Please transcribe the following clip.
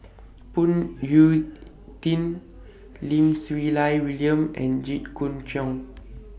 Phoon Yew Tien Lim Siew Lai William and Jit Koon Ch'ng